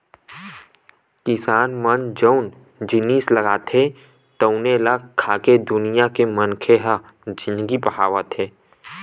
किसान मन जउन जिनिस उगाथे तउने ल खाके दुनिया के मनखे ह जिनगी पहावत हे